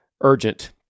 urgent